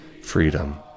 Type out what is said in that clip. freedom